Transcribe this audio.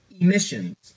emissions